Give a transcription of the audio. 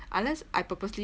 unless I purposely